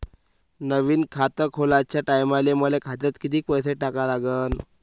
नवीन खात खोलाच्या टायमाले मले खात्यात कितीक पैसे टाका लागन?